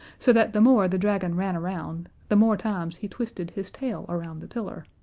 so that the more the dragon ran around, the more times he twisted his tail around the pillar.